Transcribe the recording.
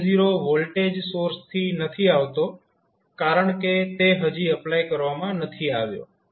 I0 voltage સોર્સથી નથી આવતો કારણ કે તે હજી એપ્લાય કરવામાં નથી આવ્યો